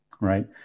right